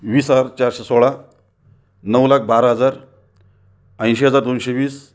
वीस हजार चारशे सोळा नऊ लाख बारा हजार ऐंशी हजार दोनशे वीस